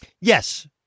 Yes